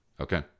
Okay